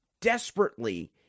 desperately